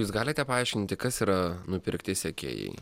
jūs galite paaiškinti kas yra nupirkti sekėjai